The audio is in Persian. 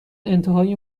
انتهای